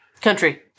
Country